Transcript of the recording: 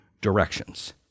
directions